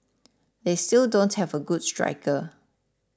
they still don't have a good striker